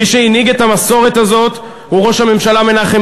מי שהנהיג את המסורת הזאת הוא ראש הממשלה מנחם